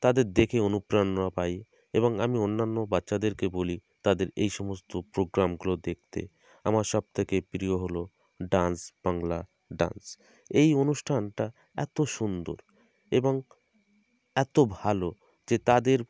তাদের দেখে অনুপ্রেরণা পাই এবং আমি অন্যান্য বাচ্চাদেরকে বলি তাদের এই সমস্ত প্রোগ্রামগুলো দেখতে আমার সবথেকে প্রিয় হল ডান্স বাংলা ডান্স এই অনুষ্ঠানটা এত সুন্দর এবং এত ভালো যে তাদের